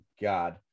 god